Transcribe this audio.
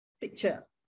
picture